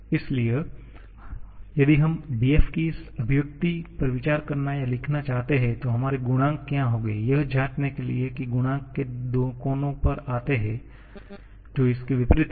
इसलिए यदि हम df की इस अभिव्यक्ति पर विचार करना या लिखना चाहते हैं तो हमारे गुणांक क्या होंगे यह जांचने के लिए कि गुणांक दो कोनों पर जाते हैं जो इसके विपरीत हैं